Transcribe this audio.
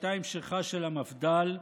שהייתה המשכה של המפד"ל,